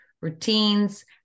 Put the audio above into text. routines